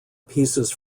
pieces